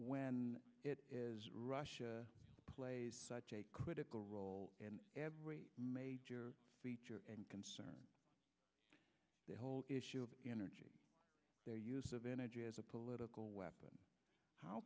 when it is russia plays such a critical role in every major concern the whole issue of energy their use of energy as a political weapon how